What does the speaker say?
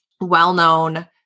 well-known